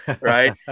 right